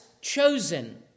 chosen